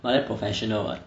but then professional what